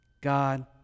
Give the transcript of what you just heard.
God